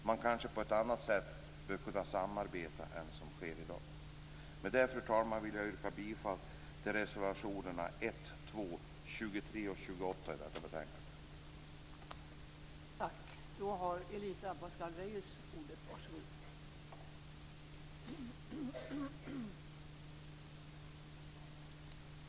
Man kanske bör kunna samarbeta på ett annat sätt än vad som sker i dag. Med det, fru talman, vill jag yrka bifall till reservationerna 1, 2, 23 och 28 i detta betänkande.